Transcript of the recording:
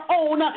own